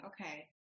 okay